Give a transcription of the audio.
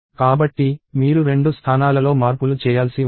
కాబట్టి మీరు రెండు స్థానాలలో మార్పులు చేయాల్సి ఉంటుంది